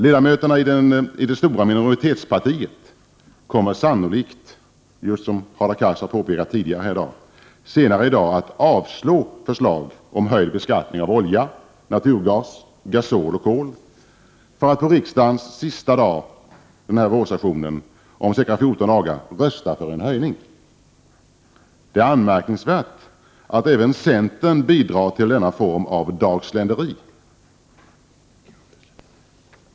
Ledamöterna i det stora minoritetspartiet kommer sannolikt — som Hadar Cars påpekat tidigare i dagens debatt — att senare i dag yrka avslag på framlagda förslag om höjd skatt på olja, naturgas, gasol och kol för att på riksdagens sista arbetsdag den här vårsessionen, om ca 14 dagar, rösta för en höjning. Det är anmärkningsvärt att även centern bidrar till denna form av ”dagsländeri”.